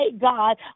God